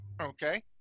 Okay